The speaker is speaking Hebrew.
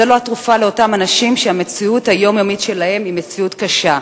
זאת לא התרופה לאותם אנשים שהמציאות היומיומית שלהם היא מציאות קשה.